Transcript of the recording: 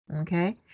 okay